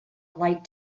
light